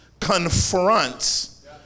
confronts